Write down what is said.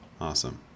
awesome